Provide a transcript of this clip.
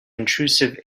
intrusive